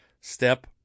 step